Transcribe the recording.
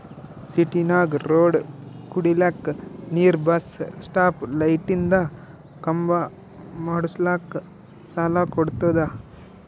ಸಿಟಿನಾಗ್ ರೋಡ್ ಕುಡಿಲಕ್ ನೀರ್ ಬಸ್ ಸ್ಟಾಪ್ ಲೈಟಿಂದ ಖಂಬಾ ಮಾಡುಸ್ಲಕ್ ಸಾಲ ಕೊಡ್ತುದ